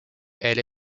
elle